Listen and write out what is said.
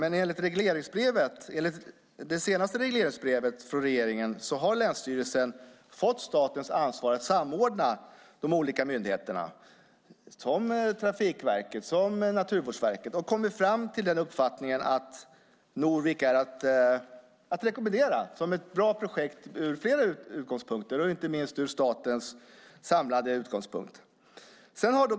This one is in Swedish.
Men enligt det senaste regleringsbrevet från regeringen har länsstyrelsen fått statens ansvar att samordna de olika myndigheterna, som Trafikverket och Naturvårdsverket, och kommit fram till den uppfattningen att Norvik är att rekommendera som ett bra projekt från flera utgångspunkter, och inte minst statens samlade utgångspunkt.